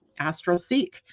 AstroSeek